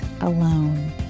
alone